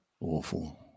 Awful